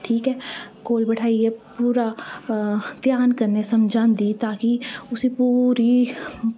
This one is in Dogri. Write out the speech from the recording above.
ठीक ऐ कोल बैठाइयै पूरा ध्यान कन्नै समझांदी कि पूरा उसी